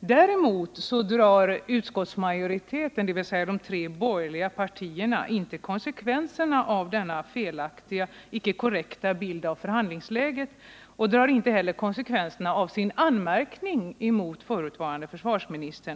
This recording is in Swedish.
Däremot drar utskottsmajoriteten, dvs. de tre borgerliga partierna, inte konsekvenserna av att propositionen inte givit en korrekt bild av förhandlingsläget, och drar inte heller konsekvenserna av sin anmärkning mot förutvarande försvarsministern.